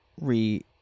Re